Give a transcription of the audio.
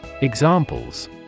Examples